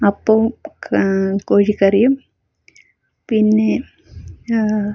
അപ്പവും കോഴിക്കറിയും പിന്നെ